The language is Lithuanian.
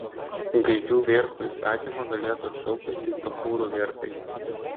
gaidžių vierchų įsakymą galėtų atšaukti tik bachūrų vierchai